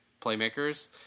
playmakers